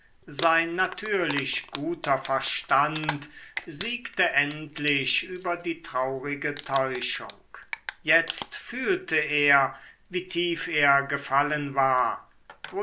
sein natürlich guter verstand siegte endlich über die traurige täuschung jetzt fühlte er wie tief er gefallen war